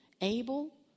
able